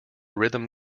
rhythm